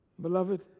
Beloved